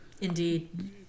indeed